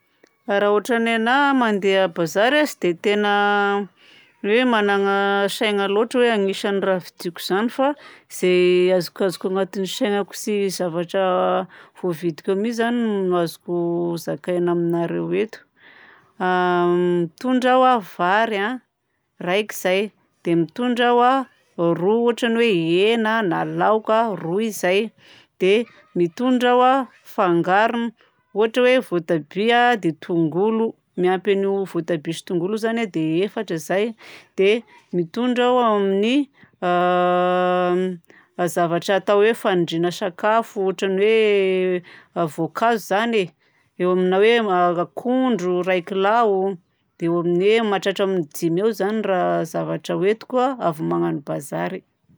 Raha ôtran'ny anahy mandeha a bazary a tsy dia tegna hoe managna saina loatra hoe hanisa ny raha vidiko zany a, fa zay azokazoko agnatin'ny sainako sy zavatra voavidiko eo mi zany no azoko zakaina aminareo eto. A mitondra aho vary a, raika zay, dia mitondra aho a rò ohatra ny hoe hena na laoka, roy izay. Dia mitondra aho a fangarony, ohatra hoe voatabia dia tongolo. Miampy an'io voatabia sy tongolo io zany a dia efatra zay. Dia mitondra aho ny zavatra atao hoe fanindriagna sakafo ôtran'ny hoe voankazo zany e. Eo amina hoe akondro iray kilao, dia eo amin'ny hoe mahatratra amin'ny dimy eo zany raha, zavatra hoentiko avy magnano barazy aho.